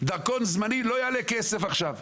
דרכון זמני לא יעל הכסף עכשיו.